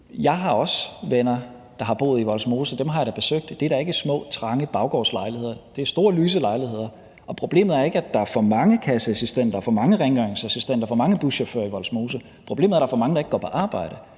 jeg også har venner, der har boet i Vollsmose, og dem har jeg besøgt, og der er da ikke tale om små trange baggårdslejligheder; det er store, lyse lejligheder. Og problemet er ikke, at der er for mange kasseassistenter, for mange rengøringsassistenter og for mange buschauffører i Vollsmose – problemet er, at der er for mange, der ikke går på arbejde.